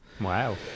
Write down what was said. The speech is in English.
wow